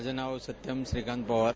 माझं नाव सत्यम श्रीकांत पवार आहे